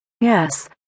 Yes